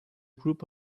group